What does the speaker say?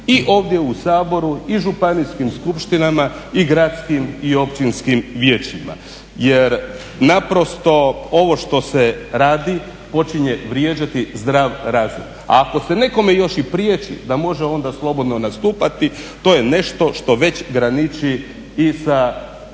i ovdje u Saboru i županijskim skupštinama i gradskim i općinskim vijećima. Jer naprosto ovo što se radi počinje vrijeđati zdrav razum, a ako se nekome još i priječi da može onda slobodno nastupati to je nešto što već graniči i sa